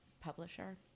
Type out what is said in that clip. publisher